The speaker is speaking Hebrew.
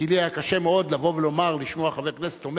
כי לי היה קשה מאוד לשמוע חבר כנסת אומר